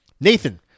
Nathan